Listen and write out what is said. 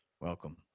Welcome